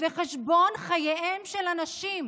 ועל חשבון חייהם של אנשים